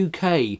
UK